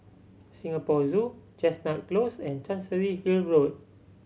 Singapore Zoo Chestnut Close and Chancery Hill Road